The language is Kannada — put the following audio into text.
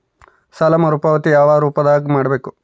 ಸಾಲ ಮರುಪಾವತಿ ಯಾವ ರೂಪದಾಗ ಮಾಡಬೇಕು?